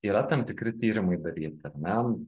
yra tam tikri tyrimai daryti ar ne